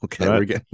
okay